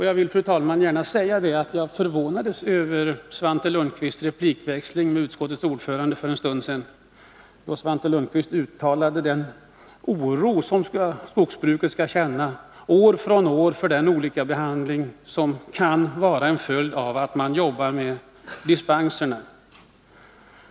Jag vill gärna, fru talman, säga att jag förvånades över Svante Lundkvists replikväxling med utskottets ordförande för en stund sedan, när Svante Lundkvist uttalade att man inom skogsbruket år från år kommer att känna oro för den olikartade behandling som kan bli en följd av dispenserna.